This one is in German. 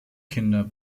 kinder